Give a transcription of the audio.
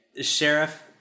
Sheriff